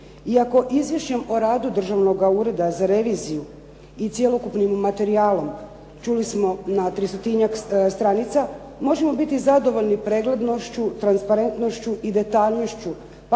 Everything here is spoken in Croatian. Iako Izvješćem o radu Državnoga ureda za reviziju i cjelokupnim materijalom čuli smo na tristotinjak stranica možemo biti zadovoljni preglednošću, transparentnošću i detaljnošću